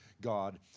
God